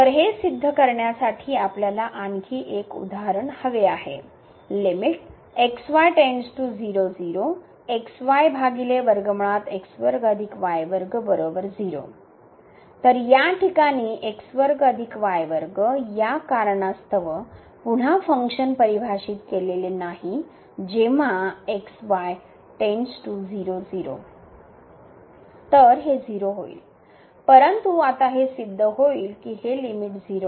तर हे सिद्ध करण्यासाठी आपल्याला आणखी एक उदाहरण हवे तर या ठिकाणी या कारणास्तव पुन्हा फंक्शन परिभाषित केलेले नाही जेंव्हा तर हे 0 होईल परंतु आता हे सिद्ध होईल की हे लिमिट 0 आहे